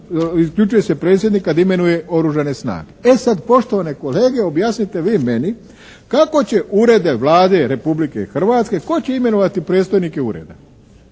isključuje se predsjednik kad imenuje oružane snage." E sad postavlja se poštovane kolege objasnite vi meni kako će urede Vlade Republike Hrvatske, tko će imenovati predstojnike ureda?